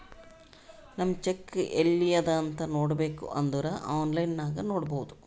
ನಮ್ ಚೆಕ್ ಎಲ್ಲಿ ಅದಾ ಅಂತ್ ನೋಡಬೇಕ್ ಅಂದುರ್ ಆನ್ಲೈನ್ ನಾಗ್ ನೋಡ್ಬೋದು